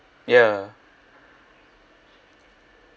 ya